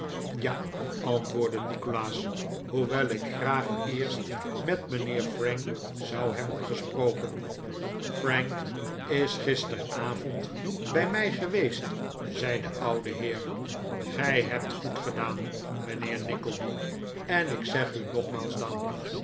ja antwoordde nikolaas hoewel ik graag eerst met mijnheer frank zou hebben gespfoken frank is gisteravond bij mij geweest zei de oude heer gij hebt goed gedaan mijnheer nickleby en ik zeg u